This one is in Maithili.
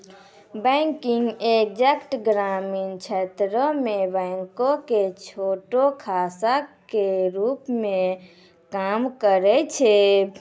बैंकिंग एजेंट ग्रामीण क्षेत्रो मे बैंको के छोटो शाखा के रुप मे काम करै छै